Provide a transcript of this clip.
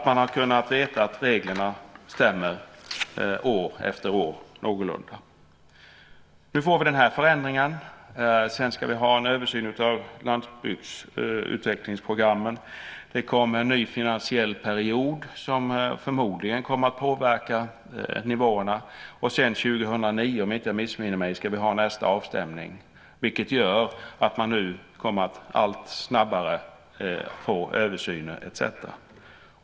Man har kunnat veta att reglerna stämmer någorlunda år efter år. Nu får vi den här förändringen. Sedan ska vi ha en översyn av landsbygdsutvecklingsprogrammen. Det kommer en ny finansiell period som förmodligen kommer att påverka nivåerna, och sedan, 2009 om jag inte missminner mig, ska vi ha nästa avstämning, vilket gör att man nu allt snabbare kommer att få översyner etcetera.